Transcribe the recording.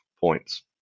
points